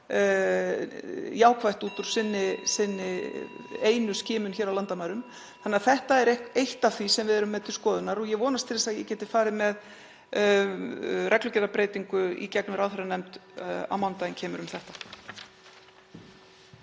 út úr sinni einu skimun á landamærum. Þetta er eitt af því sem við erum með til skoðunar og ég vonast til þess að ég geti farið með reglugerðarbreytingu í gegnum ráðherranefnd á mánudaginn kemur um þetta.